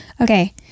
okay